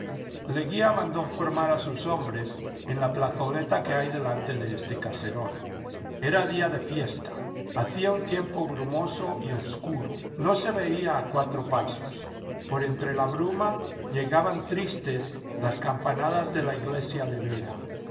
leguía mandó formar a sus hombres en la plazoleta que hay delante de este caserón era día de fiesta hacía un tiempo brumoso y obscuro no se veía a cuatro pasos por entre la bruma llegaban tristes las campanadas de la iglesia de vera